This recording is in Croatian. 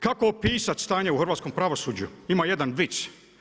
Kako opisati stanje u hrvatskom pravosuđu, ima jedan vic.